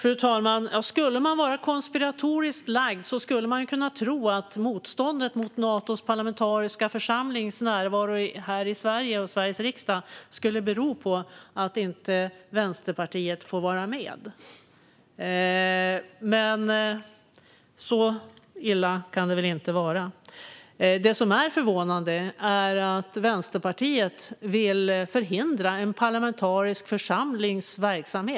Fru talman! Om man var konspiratoriskt lagd skulle man kunna tro att motståndet mot Natos parlamentariska församlings närvaro i Sverige och Sveriges riksdag berodde på att Vänsterpartiet inte får vara med. Men så illa kan det väl inte vara. Det som är förvånande är att Vänsterpartiet vill förhindra en parlamentarisk församlings verksamhet.